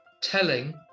telling